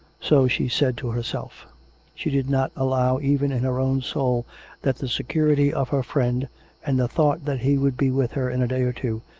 so she said to herself she did not allow even in her own soul that the security of her friend and the thought that he would be with her in a day or two,